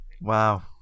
wow